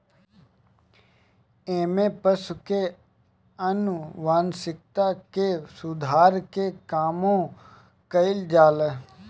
एमे पशु के आनुवांशिकता के सुधार के कामो कईल जाला